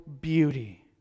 beauty